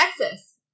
Texas